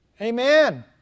Amen